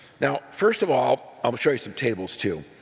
now, first of all, i'll show you some tables too.